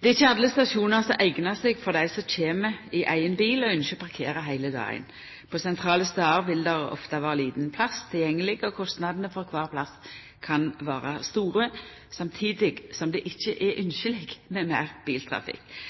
Det er ikkje alle stasjonar som eignar seg for dei som kjem i eigen bil og ynskjer å parkera heile dagen. På sentrale stader vil det ofte vera liten plass tilgjengeleg, og kostnadene for kvar plass kan vera store, samtidig som det ikkje er ynskjeleg med meir biltrafikk.